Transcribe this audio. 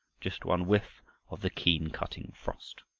just one whiff of the keen, cutting frost.